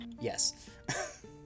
Yes